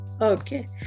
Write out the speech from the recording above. Okay